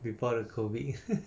before the COVID